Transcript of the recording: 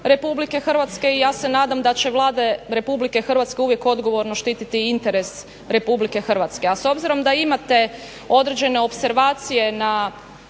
Republike Hrvatske i ja se nadam da će Vlade Republike Hrvatske uvijek odgovorno štititi interes Republike Hrvatske. A s obzirom da imate određene opservacije na,